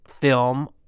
film